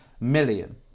million